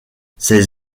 ses